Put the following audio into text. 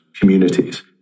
communities